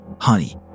Honey